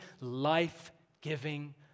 life-giving